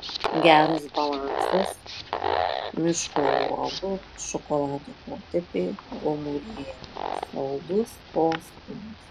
geras balansas miško uogų šokolado potėpiai gomuryje saldus poskonis